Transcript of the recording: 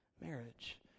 marriage